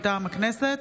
מטעם הכנסת,